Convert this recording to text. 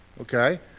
okay